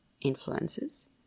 influences